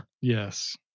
Yes